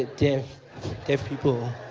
ah deaf, deaf people.